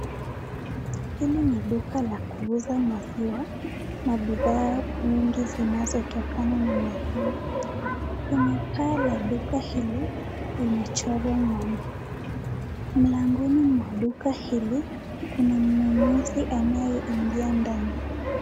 Hili ni duka la kuuza maziwa na bidhaa mingi zinazo tokana na maziwa, kwenye paa la duka hili imechorwa ng'ombe, mlangoni mwa duka hili kuna mnunuzi anayeingia ndani.